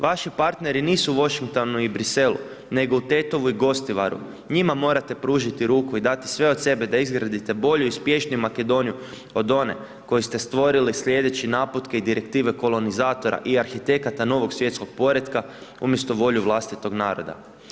Vaši partneri nisu u Washingtonu i Bruxellesu, nego u Tetovu i Gostivaru, njima morate pružiti ruku i dati sve od sebe da izradite bolju i uspješniju Makedoniju, od one koju ste stvorili slijedeći naputke i direktive kolonizatora i arhitekata novog svjetskog poretka umjesto volju vlastitog naroda.